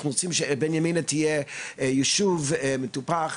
אנחנו כולנו היינו רוצים שבנימינה תהיה יישוב מטופח.